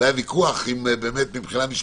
היה ויכוח אם משפטית